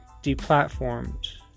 deplatformed